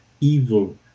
evil